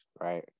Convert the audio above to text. right